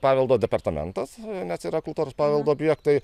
paveldo departamentas nes yra kultūros paveldo objektai